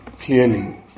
clearly